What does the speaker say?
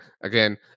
again